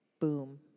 Boom